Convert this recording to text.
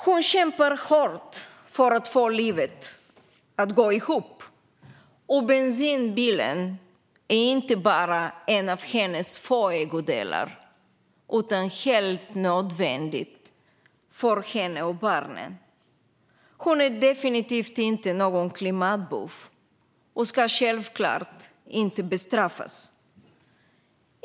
Hon kämpar hårt för att få livet att gå ihop, och bensinbilen är inte bara en av hennes få ägodelar utan helt nödvändig för henne och barnen. Hon är definitivt inte någon klimatbov och ska självklart inte bestraffas.